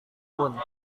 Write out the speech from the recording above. pun